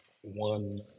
one